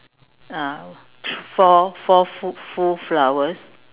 ah four four full full flowers